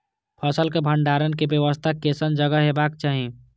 फसल के भंडारण के व्यवस्था केसन जगह हेबाक चाही?